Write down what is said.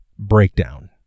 Breakdown